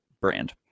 brand